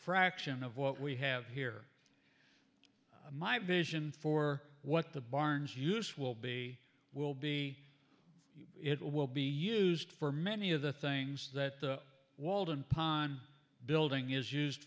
fraction of what we have here my vision for what the barns use will be be will it will be used for many of the things that the walden pond building is used